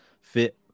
fit